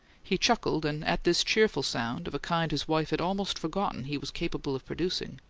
he chuckled, and at this cheerful sound, of a kind his wife had almost forgotten he was capable of producing,